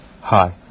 hi